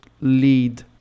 lead